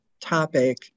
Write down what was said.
topic